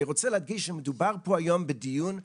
אני רוצה להדגיש שמדובר פה היום בדיון טרומי,